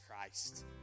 Christ